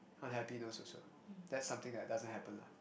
unhappiness also that's something that doesn't happen lah